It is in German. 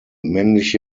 männliche